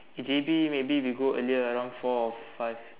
J_B maybe we go earlier around four or five